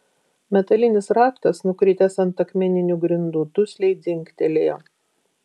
metalinis raktas nukritęs ant akmeninių grindų dusliai dzingtelėjo